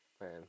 man